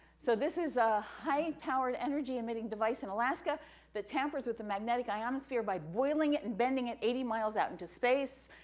so this is a high-powered energy-emitting device in alaska that tampers with the magnetic ionosphere by boiling it and bending it eighty miles out into space.